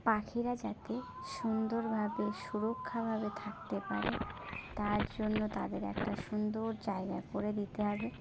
পাখিরা যাতে সুন্দর ভাবে সুরক্ষিত ভাবে থাকতে পারে তার জন্য তাদের একটা সুন্দর জায়গা করে দিতে হবে